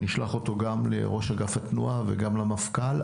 נשלח אותו גם לראש אגף התנועה וגם למפכ"ל.